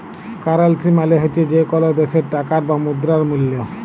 currency মালে হছে যে কল দ্যাশের টাকার বা মুদ্রার মূল্য